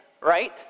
right